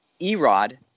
Erod